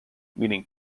meaning